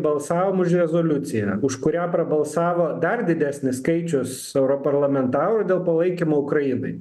balsavom už rezoliuciją už kurią prabalsavo dar didesnis skaičius europarlamentarų dėl palaikymo ukrainai